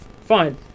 fine